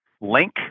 link